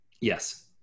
Yes